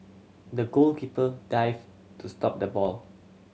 the goalkeeper dive to stop the ball